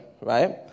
right